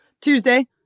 Tuesday